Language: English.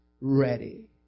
ready